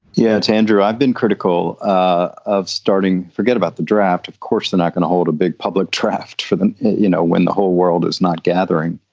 yeah it's andrew. i've been critical ah of starting. forget about the draft. of course, they're not going to hold a big public draft for them. you know, when the whole world is not gathering,